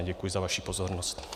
Děkuji za vaši pozornost.